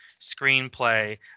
screenplay